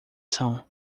são